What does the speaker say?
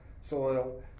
soil